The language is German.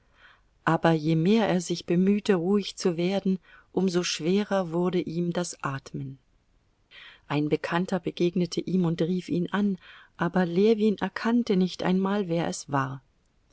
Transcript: aber je mehr er sich bemühte ruhig zu werden um so schwerer wurde ihm das atmen ein bekannter begegnete ihm und rief ihn an aber ljewin erkannte nicht einmal wer es war